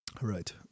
Right